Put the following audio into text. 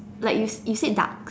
like you you said duck